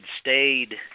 stayed